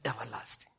everlasting